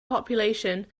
population